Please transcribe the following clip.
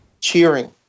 cheering